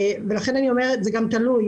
זה תלוי,